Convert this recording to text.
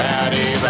Patty